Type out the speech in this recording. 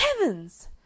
Heavens